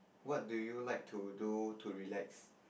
what do you like to do to relax